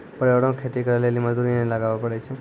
परिवारो के खेती करे लेली मजदूरी नै लगाबै पड़ै छै